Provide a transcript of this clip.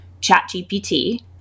ChatGPT